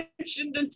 mentioned